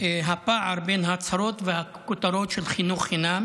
הפער בין ההצהרות והכותרות של חינוך חינם